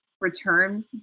return